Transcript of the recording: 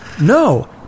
no